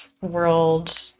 world